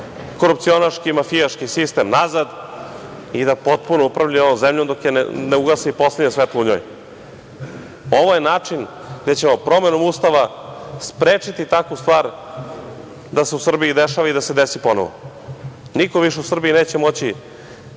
korupcionaški, mafijaški sistem nazad i da potpuno upravljaju ovom zemljom dok ne ugase i poslednje svetlo u njoj. Ovo je način gde ćemo promenom Ustava sprečiti takvu stvar da se u Srbiji dešava i da se desi ponovo. Niko više u Srbiji neće moći